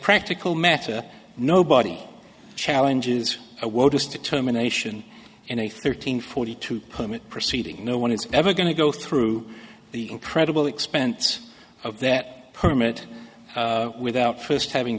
practical matter nobody challenges a wouldst determination in a thirteen forty two permit proceeding no one is ever going to go through the incredible expense of that permit without first having